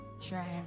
try